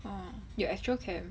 orh your actual camp